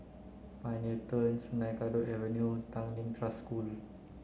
Pioneer Turn Sungei Kadut Avenue Tanglin Trust School